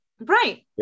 Right